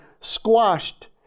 squashed